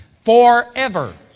forever